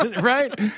Right